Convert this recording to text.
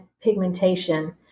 pigmentation